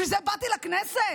בשביל זה באתי לכנסת?